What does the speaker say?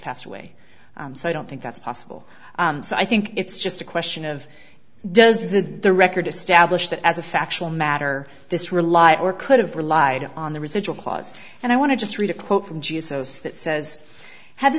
passed away so i don't think that's possible so i think it's just a question of does the the record establish that as a factual matter this rely or could have relied on the residual clause and i want to just read a quote from juices that says have the